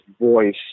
voice